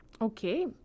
Okay